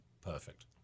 perfect